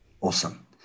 Awesome